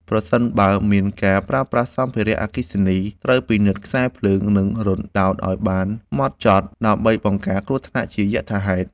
ប្រសិនបើមានការប្រើប្រាស់សម្ភារៈអគ្គិសនី ត្រូវពិនិត្យខ្សែភ្លើង និងរន្ធដោតឱ្យបានហ្មត់ចត់ដើម្បីបង្ការគ្រោះថ្នាក់ជាយថាហេតុ។